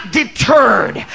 deterred